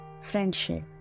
friendship